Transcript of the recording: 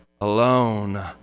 alone